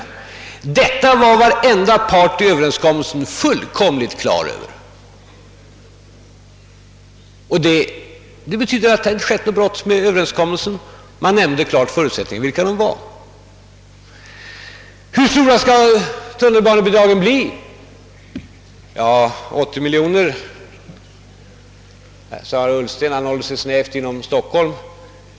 Detta var alla parter 1 överenskommelsen fullständigt på det klara med. Det betyder att det inte skett något brott mot överenskommelsen; man nämnde klart vilka förutsättningarna för en ökning var. Hur stora skall tunnelbanebidragen bli? 80 miljoner kronor sade herr Ullsten. Han håller sig snävt till Stockholm.